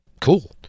cool